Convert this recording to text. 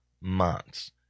months